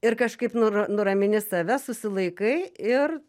ir kažkaip nura nuramini save susilaikai ir